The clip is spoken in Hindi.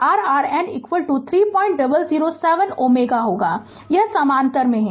तो मूल रूप से थेवेनिन का नॉर्टन ट्रांसफ़ॉर्मेशन या नॉर्टन थेवेनिन का ट्रांसफ़ॉर्मेशन सोर्स ट्रांसफ़ॉर्मेशन ऐसा ही है